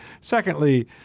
Secondly –